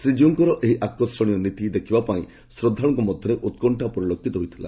ଶ୍ରୀକୀଉଙ୍କର ଏହି ଆକର୍ଷଣୀୟ ନୀତି ଦେଖିବା ପାଇଁ ଶ୍ରଦ୍ଧାଳୁଙ୍କ ମଧ୍ଧରେ ଉକ୍ଶ୍ବା ପରିଲ୍ଲକ୍ଷିତ ହୋଇଥିଲା